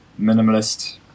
minimalist